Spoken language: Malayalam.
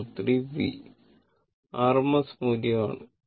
23V RMS മൂല്യവും ആണ്